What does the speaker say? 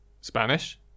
Spanish